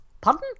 Pardon